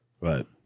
Right